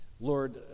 Lord